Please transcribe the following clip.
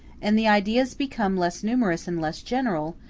and the ideas become less numerous and less general,